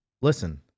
listen